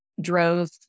drove